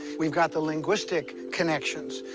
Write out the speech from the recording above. we've got the linguistic connections.